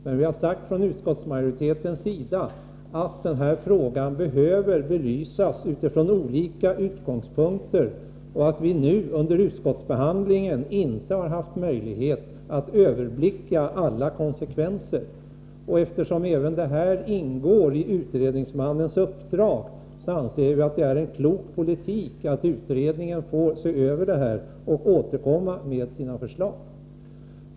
Men från utskottsmajoritetens sida har vi sagt att den här frågan behöver belysas från olika utgångspunkter och att vi under utskottsbehandlingen inte haft möjlighet att överblicka alla konsekvenser. Eftersom även detta ingår i utredningsmannens uppdrag anser vi att det är en klok politik att låta utredningen se över saken och återkomma med sina förslag.